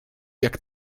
jak